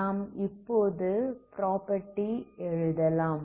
நாம் இப்போது ப்ராப்பர்ட்டி 4 எழுதலாம்